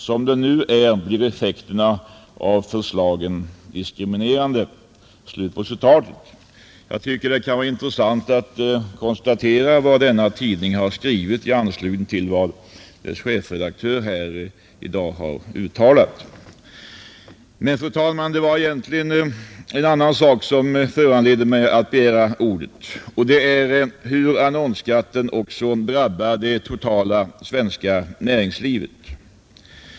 Som det nu är blir effekterna av förslagen diskriminerande.” Jag tycker att det kan vara intressant att konstatera vad denna tidning har skrivit i anslutning till vad dess chefredaktör i dag har uttalat. Men, fru talman, det var egentligen ett annat förhållande som föranledde mig att begära ordet, nämligen hur annonsskatten också drabbar det totala svenska näringslivet.